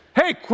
Hey